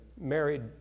married